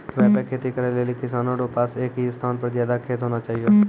व्यापक खेती करै लेली किसानो रो पास एक ही स्थान पर ज्यादा खेत होना चाहियो